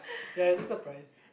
ya it's those surprise